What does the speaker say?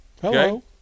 Hello